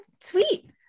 Sweet